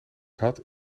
had